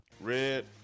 red